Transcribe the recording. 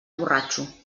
borratxo